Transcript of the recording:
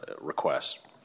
request